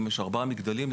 אם יש ארבעה מגדלים,